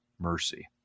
mercy